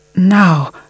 Now